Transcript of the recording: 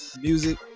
music